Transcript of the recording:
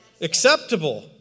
Acceptable